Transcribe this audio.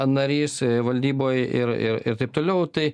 narys valdyboj ir ir ir taip toliau tai